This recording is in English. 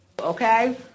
Okay